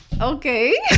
Okay